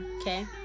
Okay